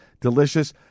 Delicious